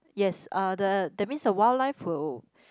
yes uh the that means the wildlife will